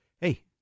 hey